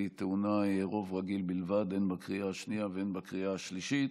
והיא טעונה רוב רגיל בלבד הן בקריאה השנייה והן בקריאה השלישית.